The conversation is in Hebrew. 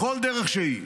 בכל דרך שהיא.